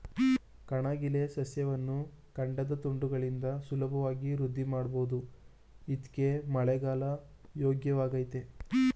ಕಣಗಿಲೆ ಸಸ್ಯವನ್ನು ಕಾಂಡದ ತುಂಡುಗಳಿಂದ ಸುಲಭವಾಗಿ ವೃದ್ಧಿಮಾಡ್ಬೋದು ಇದ್ಕೇ ಮಳೆಗಾಲ ಯೋಗ್ಯವಾಗಯ್ತೆ